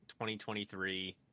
2023